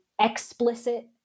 explicit